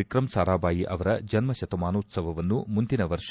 ವಿಕ್ರಮ್ ಸಾರಾಬಾಯಿ ಅವರ ಜನ್ಣತಮಾನೋತ್ಸವವನ್ನು ಮುಂದಿನ ವರ್ಷ